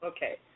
Okay